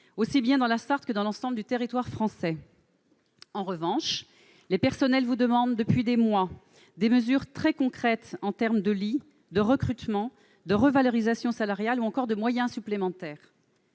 aussi bien dans la Sarthe que dans l'ensemble du territoire français. En revanche, les personnels lui demandent, depuis des mois, des mesures très concrètes en termes de lits, de recrutements, de revalorisations salariales, ou encore de moyens supplémentaires.